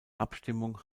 abstimmung